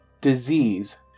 disease